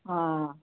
ਹਾਂ